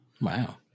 Wow